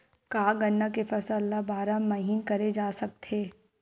का गन्ना के फसल ल बारह महीन करे जा सकथे?